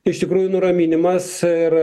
iš tikrųjų nuraminimas ir